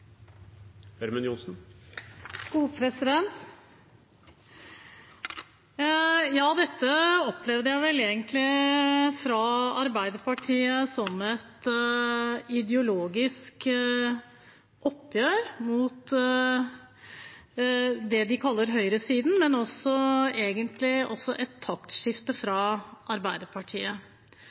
Dette opplevde jeg vel egentlig som et ideologisk oppgjør fra Arbeiderpartiets side med det de kaller høyresiden, men også et taktskifte fra Arbeiderpartiet.